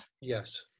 Yes